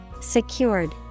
Secured